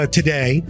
today